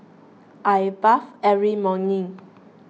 I bathe every morning